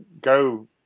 go